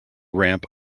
ramp